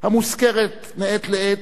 המוזכרת מעת לעת,